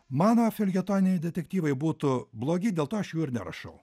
mano feljetoniniai detektyvai būtų blogi dėl to aš jų ir nerašau